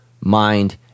mind